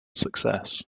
success